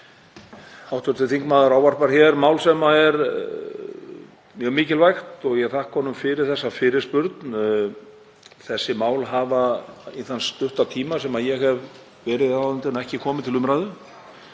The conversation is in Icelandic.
Hv. þingmaður fjallar hér um mál sem er mjög mikilvægt og ég þakka honum fyrir þessa fyrirspurn. Þessi mál hafa, í þann stutta tíma sem ég hef verið í ráðuneytinu, ekki komið til umræðu,